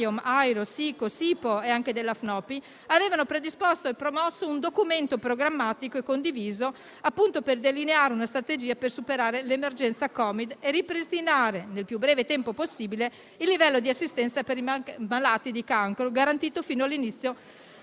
AIRO, SICO, SIPO) e della FNOPI, hanno predisposto e promosso un documento programmatico condiviso, delineando una strategia per superare l'emergenza COVID-19 e ripristinare, nel più breve tempo possibile, il livello di assistenza per i malati di cancro garantito fino all'inizio